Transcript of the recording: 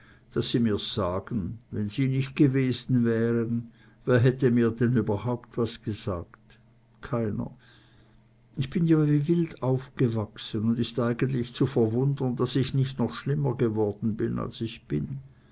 daß sie mir's sagen wenn sie nicht gewesen wären wer hätte mir denn überhaupt was gesagt keiner ich bin ja wie wild aufgewachsen und ist eigentlich zu verwundern daß ich nicht noch schlimmer geworden bin als ich bin